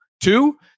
Two